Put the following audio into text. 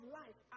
life